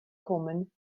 kommen